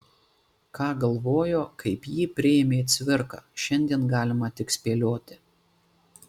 ką galvojo kaip jį priėmė cvirka šiandien galima tik spėlioti